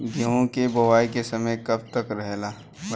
गेहूँ के बुवाई के समय कब तक रहेला?